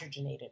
hydrogenated